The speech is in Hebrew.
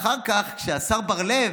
אחר כך, השר בר לב,